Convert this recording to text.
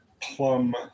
plum